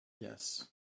Yes